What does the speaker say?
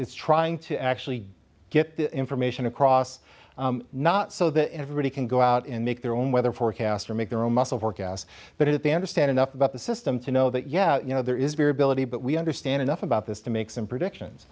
it's trying to actually get the information across not so that everybody can go out and make their own weather forecast or make their own muscle forecasts but at the understand enough about the system to know that yeah you know there is variability but we understand enough about this to make some predictions